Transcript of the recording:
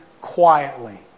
quietly